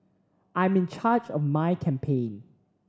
I'm in charge of my campaign